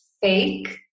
fake